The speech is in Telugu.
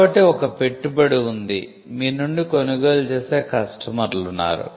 కాబట్టి ఒక పెట్టుబడి ఉంది మీ నుండి కొనుగోలు చేసే కస్టమర్లు ఉన్నారు